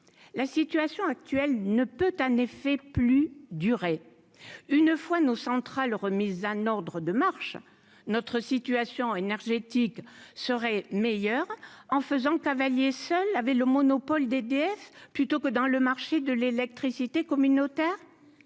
la situation actuelle ne peut en effet plus durer une fois nos centrales, remise en ordre de marche notre situation énergétique serait meilleur en faisant cavalier seul avait le monopole d'EDF plutôt que dans le marché de l'électricité communautaire